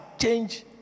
change